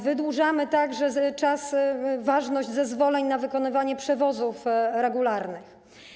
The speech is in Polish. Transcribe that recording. Wydłużamy także okres ważności zezwoleń na wykonywanie przewozów regularnych.